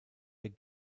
der